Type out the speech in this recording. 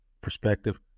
perspective